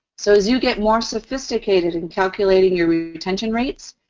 so, as you get more sophisticated in calculating your retention rates,